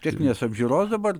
techninės apžiūros dabar